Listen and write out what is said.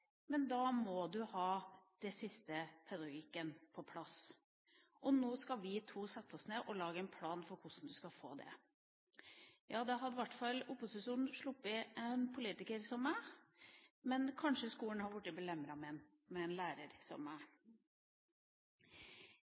men da må du ha det siste, pedagogikken, på plass. Nå skal vi to sette oss ned og lage en plan for hvordan du skal få det. Ja, da hadde i hvert fall opposisjonen sluppet en politiker som meg. Men kanskje skolen hadde blitt belemret med en lærer som